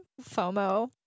FOMO